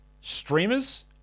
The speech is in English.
streamers